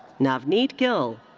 navneet gill.